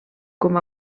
com